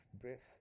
breath